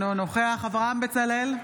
אינו נוכח אברהם בצלאל,